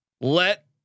let